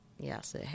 Yes